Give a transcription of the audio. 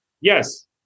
Yes